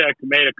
made